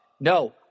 no